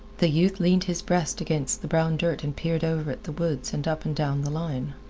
the youth leaned his breast against the brown dirt and peered over at the woods and up and down the line.